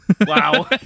Wow